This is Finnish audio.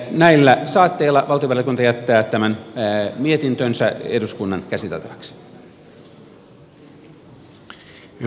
näillä saatteilla valtiovarainvaliokunta jättää tämän mietintönsä eduskunnan käsiteltäväksi